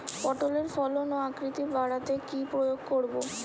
পটলের ফলন ও আকৃতি বাড়াতে কি প্রয়োগ করব?